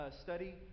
study